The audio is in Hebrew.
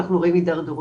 ואנחנו רואים הידרדרות.